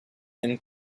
and